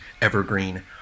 evergreen